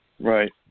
Right